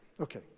okay